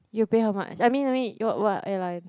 you pay how much I mean I mean you what airline